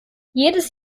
jedes